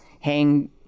hang